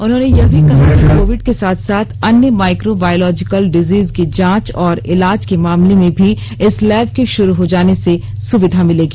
उन्होंने यह भी कहा कोविड के साथ साथ अन्य माइक्रो बायोलॉजिकल डिजीज की जांच और इलाज के मामले में भी इस लैब के शुरू हो जाने से सुविधा मिलेगी